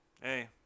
hey